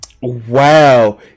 Wow